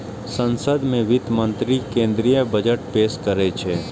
संसद मे वित्त मंत्री केंद्रीय बजट पेश करै छै